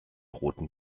roten